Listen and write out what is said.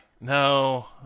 No